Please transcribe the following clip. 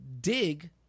dig